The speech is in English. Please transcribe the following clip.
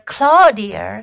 Claudia